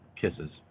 kisses